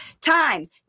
times